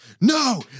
no